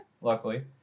luckily